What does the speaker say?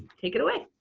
take it away.